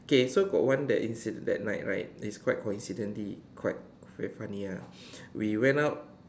K so got one that incident that night right is quite coincidentally quite very funny ah we went out